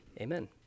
Amen